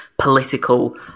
political